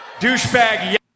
douchebag